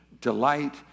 delight